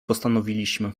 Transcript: postanowiliśmy